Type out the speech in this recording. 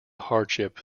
hardship